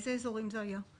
ובאיזה סוג אוכלוסייה?